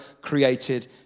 created